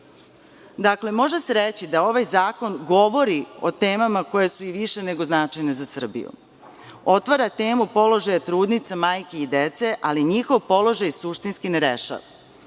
može se reći da ovaj zakon govori o temama koje su i više nego značajne za Srbiju. Otvara temu položaja trudnica, majki i dece, ali njihov položaj suštinski ne rešava.